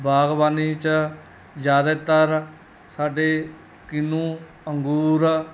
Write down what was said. ਬਾਗਬਾਨੀ 'ਚ ਜ਼ਿਆਦਾਤਰ ਸਾਡੇ ਕਿੰਨੂ ਅੰਗੂਰ